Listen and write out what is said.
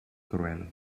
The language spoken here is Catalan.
cruel